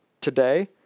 today